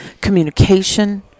communication